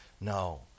No